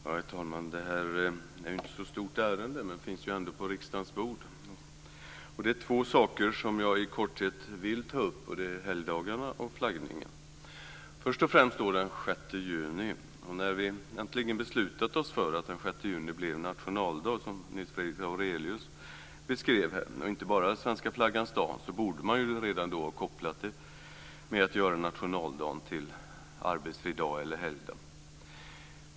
Herr talman! Det här är inte ett så stort ärende, men det finns på riksdagens bord. Det är två saker som jag i korthet vill ta upp, nämligen helgdagarna och flaggningen. Först och främst har vi den 6 juni. När vi äntligen beslutade oss för att den 6 juni skulle bli nationaldag - som Nils Fredrik Aurelius beskrev här - och inte bara svenska flaggans dag, borde man redan då ha kopplat nationaldagen till en arbetsfri dag eller helgdag.